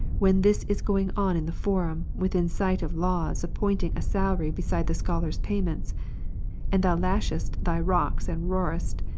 when this is going on in the forum, within sight of laws appointing a salary be side the scholar's payments and thou lashest thy rocks and roarest,